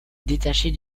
détacher